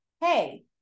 Hey